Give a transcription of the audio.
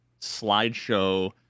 slideshow